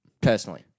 Personally